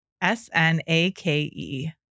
S-N-A-K-E